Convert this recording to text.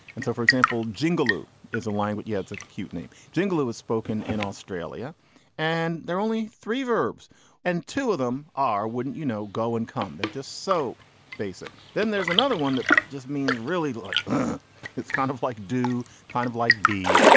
and so, for example, jingle lou is a language. yeah, a cute name jingle. it was spoken in australia and there are only three verbs and two of them are, wouldn't, you know, go and come. they're just so basic. then there's another one that just means really like it's kind of like do kind of like be.